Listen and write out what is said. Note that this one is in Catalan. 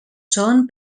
són